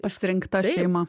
pasirinkta šeima